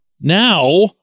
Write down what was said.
Now